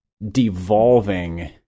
devolving